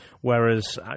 whereas